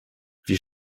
wir